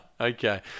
Okay